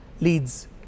leads